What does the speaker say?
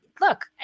look –